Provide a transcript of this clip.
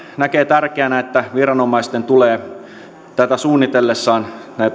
näkee tärkeänä että viranomaisten tulee suunnitellessaan